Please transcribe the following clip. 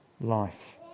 life